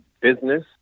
business